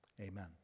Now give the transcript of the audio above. Amen